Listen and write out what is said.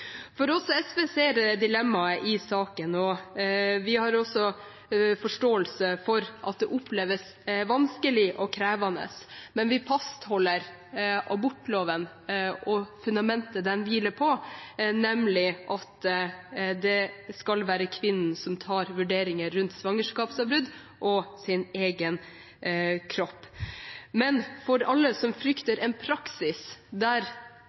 For oss i SV er det dilemmaet i saken, og vi har forståelse for at det oppleves vanskelig og krevende, men vi fastholder abortloven og fundamentet den hviler på, nemlig at det skal være kvinnen som tar vurderinger rundt svangerskapsavbrudd og sin egen kropp. Men for alle som frykter en praksis der